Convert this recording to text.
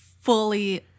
fully